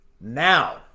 Now